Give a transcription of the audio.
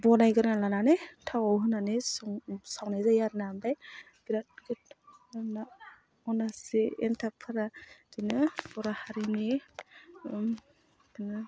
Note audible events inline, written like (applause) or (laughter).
बनायग्रोना लानानै थावआव होनानै सावनाय जायो आरो ना ओमफ्राय (unintelligible) अनासि एन्थाबफ्रा बिदिनो बर' हारिनि